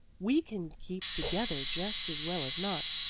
we can keep together just as well as not,